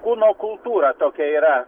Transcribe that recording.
kūno kultūra tokia yra